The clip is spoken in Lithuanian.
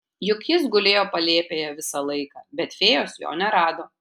juk jis gulėjo palėpėje visą laiką bet fėjos jo nerado